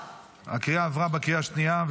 הצעת החוק עברה בקריאה השנייה.